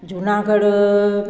Junagadh